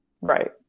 Right